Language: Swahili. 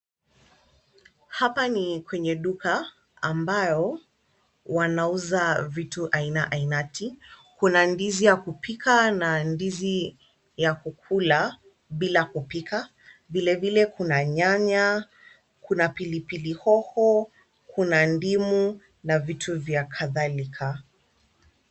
Hapa ni kwenye duka ambayo wanauza vitu aina ainati. Kuna ndizi ya kupika na ndizi ya kukula bila kupika. Vilevile kuna nyanya, kuna pilipili hoho, Kuna ndimu na vitu vya kadhalika.